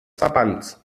verbands